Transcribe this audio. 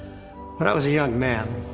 when i was a young man.